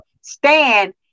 stand